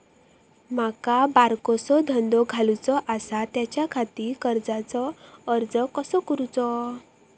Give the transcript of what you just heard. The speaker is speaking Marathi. माका बारकोसो धंदो घालुचो आसा त्याच्याखाती कर्जाचो अर्ज कसो करूचो?